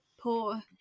poor